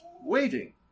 waiting